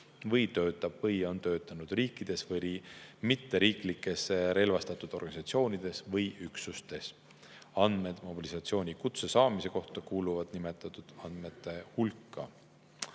või töötab või on töötanud riiklikes või mitteriiklikes relvastatud organisatsioonides või üksustes. Andmed mobilisatsioonikutse saamise kohta kuuluvad nimetatud andmete hulka.